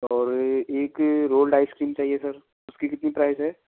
और एक rolled ice cream चाहिए सर उसकी कितनी प्राइस है